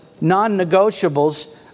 non-negotiables